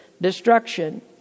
destruction